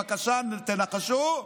בבקשה תנחשו.